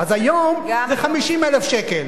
אז היום זה 50,000 שקל.